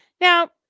Now